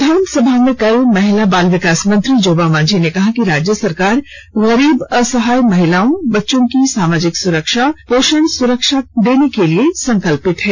विधानसभा में कल महिला बाल विकास मंत्री जोबा मांझी ने कहा कि राज्य सरकार गरीब असहाय महिलाओं बच्चों की सामाजिक सुरक्षा पोषण सुरक्षा आदि देने के लिए संकल्पित है